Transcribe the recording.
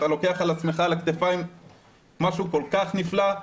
אתה לוקח על עצמך על הכתפיים משהו כל כך נפלא,